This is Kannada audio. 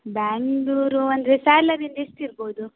ಬೆಂಗ್ಳೂರು ಅಂದರೆ ಸ್ಯಾಲರಿ ಅದು ಎಷ್ಟಿರ್ಬೋದು